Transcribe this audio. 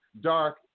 dark